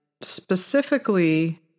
specifically